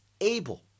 able